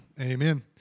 Amen